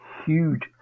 Huge